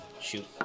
Shoot